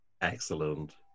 Excellent